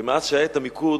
ומאז שנקבע המיקוד,